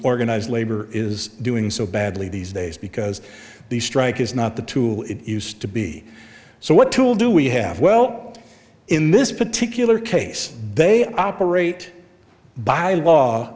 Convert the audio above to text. organized labor is doing so badly these days because the strike is not the tool it used to be so what tool do we have well in this particular case they operate by law